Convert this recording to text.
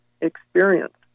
experience